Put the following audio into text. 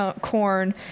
corn